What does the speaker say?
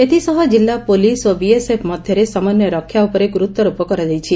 ଏଥିସହ ଜିଲ୍ଲା ପୋଲିସ ଓ ବିଏସଏଫ ମଧ୍ଧରେ ସମନ୍ୱୟ ରକ୍ଷା ଉପରେ ଗୁର୍ତ୍ୱାରୋପ କରାଯାଇଛି